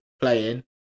playing